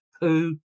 poo